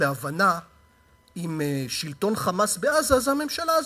להבנה עם שלטון "חמאס" בעזה זו הממשלה הזאת,